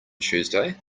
tuesday